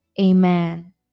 Amen